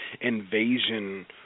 invasion